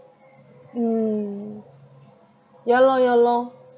mm ya lor ya lor